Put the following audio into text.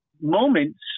moments